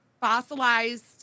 fossilized